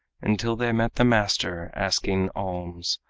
until they met the master asking alms,